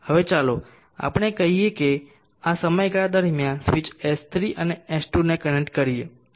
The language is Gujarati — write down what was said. હવે ચાલો આપણે કહીએ કે આ સમયગાળા દરમિયાન સ્વીચ S3 અને S2 ને કનેક્ટ કરીએ